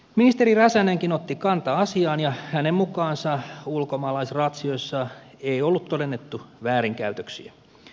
ministeri räsänenkin otti kantaa asiaan ja hänen mukaansa ulkomaalaisratsioissa ei ollut todennettu väärinkäytöksiä